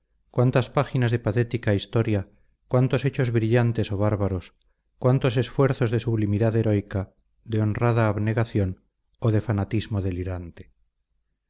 cuántas páginas de patética historia cuántos hechos brillantes o bárbaros cuántos esfuerzos de sublimidad heroica de honrada abnegación o de fanatismo delirante